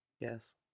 Yes